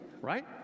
right